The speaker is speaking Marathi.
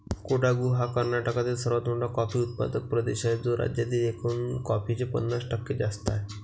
कोडागु हा कर्नाटकातील सर्वात मोठा कॉफी उत्पादक प्रदेश आहे, जो राज्यातील एकूण कॉफीचे पन्नास टक्के जास्त आहे